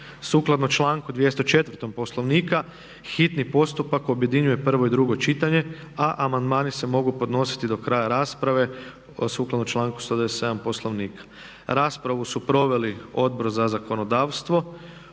Sukladno članku 204. Poslovnika hitni postupak objedinjuje prvo i drugo čitanja, a amandmani se mogu podnositi do kraja rasprave. Amandmane je podnio zastupnik Peđa Grbin. Raspravu su proveli Odbor za zakonodavstvo